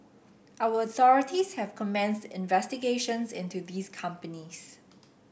our authorities have commenced investigations into these companies